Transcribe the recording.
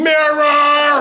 Mirror